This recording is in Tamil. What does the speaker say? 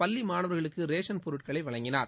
பள்ளி மாணவர்களுக்கு ரேஷன் பொருட்களை வழங்கினார்